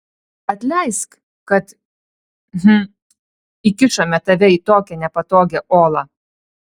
atleisk kad hm įkišome tave į tokią nepatogią olą